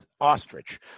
ostrich